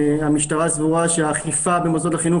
המשטרה סבורה שהאכיפה במוסדות לחינוך